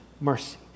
mercy